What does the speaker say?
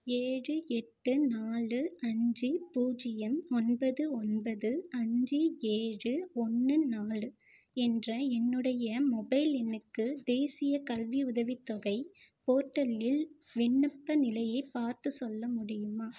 ஏழு எட்டு நாலு அஞ்சு பூஜ்ஜியம் ஒன்பது ஒன்பது அஞ்சி ஏழு ஒன்று நாலு என்ற என்னுடைய மொபைல் எண்ணுக்கு தேசியக் கல்வி உதவித் தொகை போர்ட்டலில் விண்ணப்ப நிலையைப் பார்த்துச் சொல்ல முடியுமா